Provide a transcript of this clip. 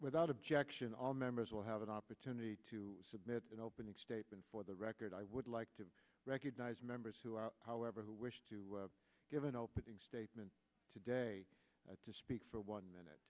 without objection all members will have an opportunity to submit an opening statement for the record i would like to recognize members who are however who wish to give an opening statement today to speak for one minute